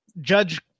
judge